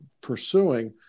pursuing